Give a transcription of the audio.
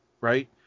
right